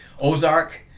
Ozark